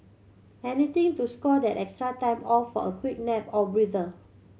anything to score that extra time off for a quick nap or breather